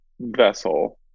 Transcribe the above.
vessel